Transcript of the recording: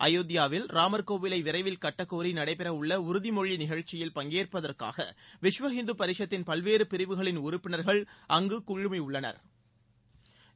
அயோத்தியாவில் ராமர் கோயிலை விரைவில் கட்டக் கோரி நடைபெறவுள்ள உறுதிமொழி நிகழ்ச்சியில் பங்கேற்பதற்காக விஸ்வ இந்து பரிஷத்தின் பல்வேறு பிரிவுகளின் உறுப்பினா்கள் அங்கு குழுமியுள்ளனா்